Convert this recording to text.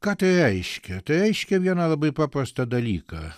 ką tai reiškia tai reiškia vieną labai paprastą dalyką